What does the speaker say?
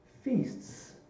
feasts